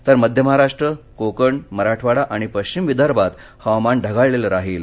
तर मध्य महाराष्ट्र कोकण मराठवाडा आणि पश्चिम विदर्भात हवामान ढगाळलेलं राहील